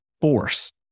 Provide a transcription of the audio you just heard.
force